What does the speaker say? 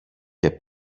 και